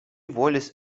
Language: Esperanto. volis